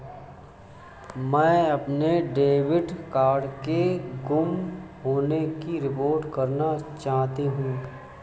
मैं अपने debit card के गुम होने की रिपोर्ट करना चाहती हूँ